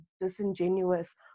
disingenuous